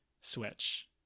switch